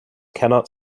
cannot